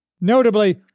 Notably